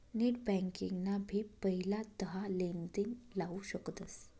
net banking ना भी पहिला दहा लेनदेण लाऊ शकतस